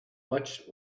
much